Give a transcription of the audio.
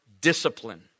discipline